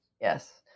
yes